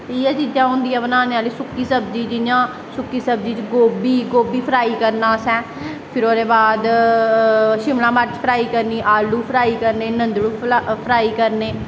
इयै चीजां होंदियां बनाने आह्लियां सुक्की सब्जी सुक्की सब्जी जियां सब्जी च गोभी गोभी फ्राई करना असैं फिर ओह्दे बाद शिमला मर्च फ्राई करनी आलू फ्राई करने नंदड़ू फ्राई करने